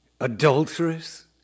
adulterous